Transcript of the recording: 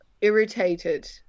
irritated